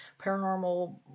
paranormal